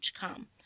come